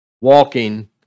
walking